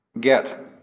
get